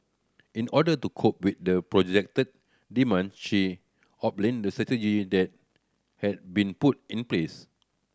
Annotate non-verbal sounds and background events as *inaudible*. in order to cope with the projected demand she *unintelligible* the *unintelligible* that have been put in place